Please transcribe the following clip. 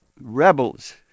rebels